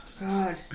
God